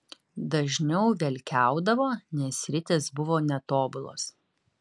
dažniau velkiaudavo nes ritės buvo netobulos